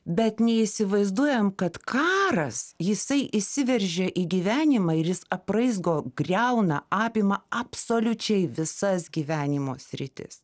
bet neįsivaizduojam kad karas jisai įsiveržia į gyvenimą ir jis apraizgo griauna apima absoliučiai visas gyvenimo sritis